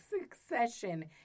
succession